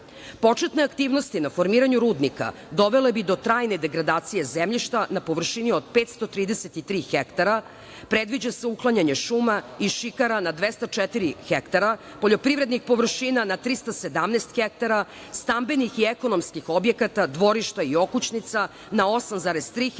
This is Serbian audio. aktivnosti na formiranju rudnika dovele bi do trajne degradacije zemljišta na površini od 533 hektara predviđa se uklanjanje šuma i šikara na 204 hektara, poljoprivrednih površina na 317 hektara, stambenih i ekonomskih objekata, dvorišta i okućnica na 8,3 hektara